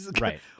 Right